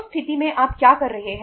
उस स्थिति में आप क्या कर रहे हैं